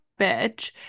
bitch